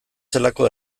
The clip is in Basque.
zelako